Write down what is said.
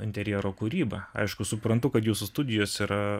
interjero kūryba aišku suprantu kad jūsų studijos yra